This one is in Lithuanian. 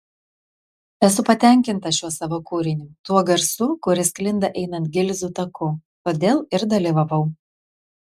esu patenkinta šiuo savo kūriniu tuo garsu kuris sklinda einant gilzių taku todėl ir dalyvavau